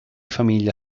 famiglia